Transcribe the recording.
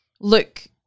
look